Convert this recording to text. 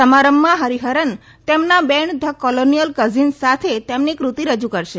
સમારંભમા ફરીહરન તેમના band the colonial cousins સાથે તેમની કૃતિ રજૂ કરશે